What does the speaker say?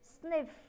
Sniff